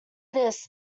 this